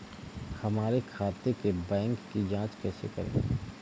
हमारे खाते के बैंक की जाँच कैसे करें?